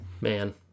Man